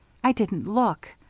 i didn't look,